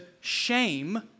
shame